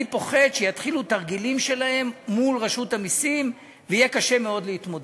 אני פוחד שיתחילו תרגילים שלהם מול רשות המסים ויהיה קשה מאוד להתמודד.